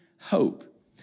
hope